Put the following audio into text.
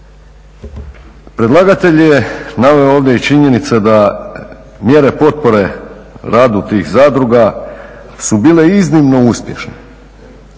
Predlagatelj je naveo ovdje i činjenice da mjere potpore radu tih zadruga su bile iznimno uspješne